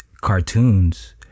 cartoons